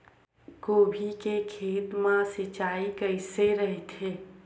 गोभी के खेत मा सिंचाई कइसे रहिथे?